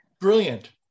Brilliant